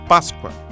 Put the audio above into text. Páscoa